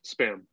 Spam